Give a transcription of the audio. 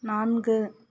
நான்கு